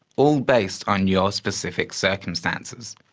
all based on your specific circumstances.